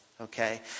Okay